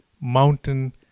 mountain